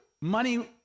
money